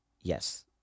Yes